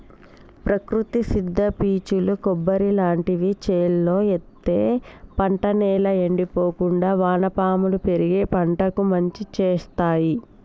ప్రకృతి సిద్ద పీచులు కొబ్బరి లాంటివి చేలో ఎత్తే పంట నేల ఎండిపోకుండా వానపాములు పెరిగి పంటకు మంచి శేత్తాయ్